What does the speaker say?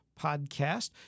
podcast